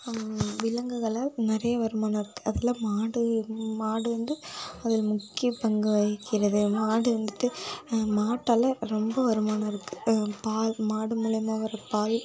விலங்குகளை நிறைய வருமானம் இருக்குது அதில் மாடு மாடு வந்து அதில் முக்கிய பங்கு வகிக்கிறது மாடு வந்துட்டு மாட்டால் ரொம்ப வருமானம் இருக்குது பால் மாடு மூலமா வர்ற பால்